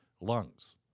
lungs